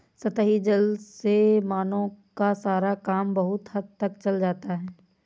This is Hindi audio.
सतही जल से मानवों का सारा काम बहुत हद तक चल जाता है